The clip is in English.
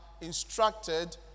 instructed